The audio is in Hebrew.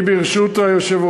אני, ברשות היושב-ראש,